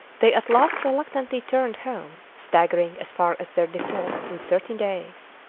they at last reluctantly turned home, staggering as far as their depot in thirteen days.